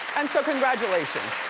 and so congratulations.